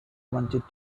wanted